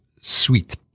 Sweet